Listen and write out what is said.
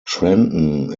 trenton